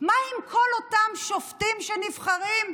מה עם כל אותם שופטים שנבחרים,